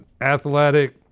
athletic